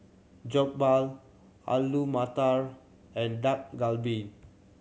Jokbal Alu Matar and Dak Galbi